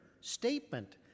statement